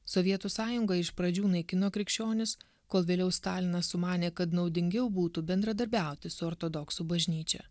sovietų sąjunga iš pradžių naikino krikščionis kol vėliau stalinas sumanė kad naudingiau būtų bendradarbiauti su ortodoksų bažnyčia